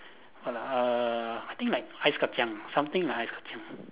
what ah err I think like ice kacang something like ice kacang